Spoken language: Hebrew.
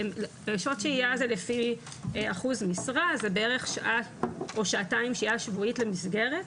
שזה לפי אחוז משרה שזה בערך שעה או שעתיים שהייה שבועית למסגרת,